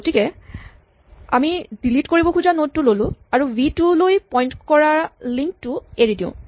গতিকে আমি ডিলিট কৰিব খোজা নড টো ল'লো আৰু ভি টু লৈ পইন্ট কৰা লিন্ক টো এৰি দিওঁ